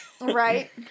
Right